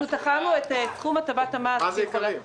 תחמנו את סכום הטבת המס --- מה זה יקרים?